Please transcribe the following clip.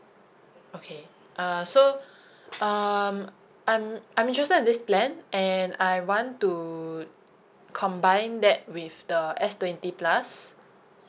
okay uh so um I'm I'm interested in this plan and I want to combine that with the S twenty plus